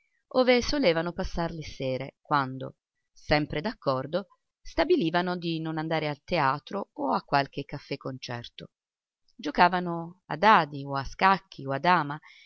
ove solevano passar le sere quando sempre d'accordo stabilivano di non andare a teatro o a qualche caffèconcerto giocavano a dadi o a scacchi o a dama